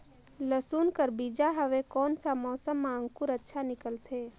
लसुन कर बीजा हवे कोन सा मौसम मां अंकुर अच्छा निकलथे?